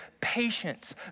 patience